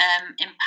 impact